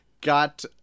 got